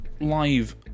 live